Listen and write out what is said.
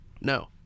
no